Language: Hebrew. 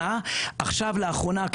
לאחרונה,